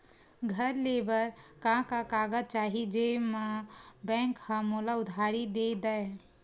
घर ले बर का का कागज चाही जेम मा बैंक हा मोला उधारी दे दय?